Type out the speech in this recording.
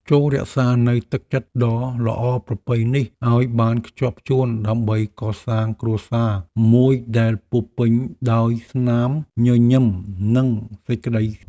ចូររក្សានូវទឹកចិត្តដ៏ល្អប្រពៃនេះឱ្យបានខ្ជាប់ខ្ជួនដើម្បីកសាងគ្រួសារមួយដែលពោរពេញដោយស្នាមញញឹមនិងសេចក្តីសុខ។